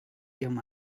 ihrem